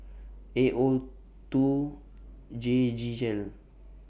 A O two G G L